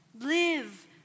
Live